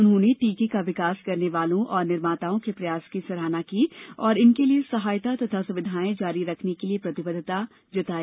उन्होंने टीके का विकास करने वालों और निर्माताओं के प्रयास की सराहना की और इनके लिए सहायता तथा सुविधाएं जारी रखने के लिए प्रतिबद्धता व्यक्त की